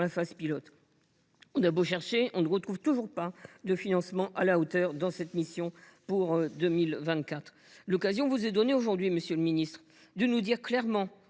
phase pilote. On a beau chercher, on ne retrouve toujours pas de financements à la hauteur dans cette mission « Travail et emploi » pour 2024. L’occasion vous est donnée aujourd’hui, monsieur le ministre, de nous dire clairement